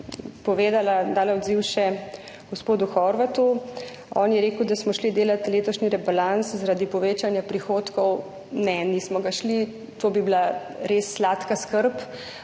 povedala, dala odziv še gospodu Horvatu. On je rekel, da smo šli delat letošnji rebalans zaradi povečanja prihodkov – ne, nismo ga šli, to bi bila res sladka skrb.